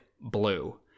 blue